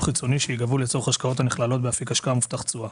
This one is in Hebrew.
חיצוני שייגבו לצורך השקעות הנכללות באפיק השקעה מובטח תשואה.